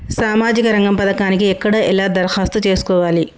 సామాజిక రంగం పథకానికి ఎక్కడ ఎలా దరఖాస్తు చేసుకోవాలి?